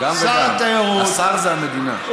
השר זה המדינה.